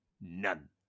None